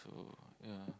so yeah